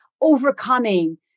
overcoming